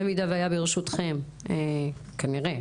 במידה והיה ברשותכם כנראה,